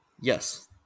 Yes